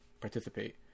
participate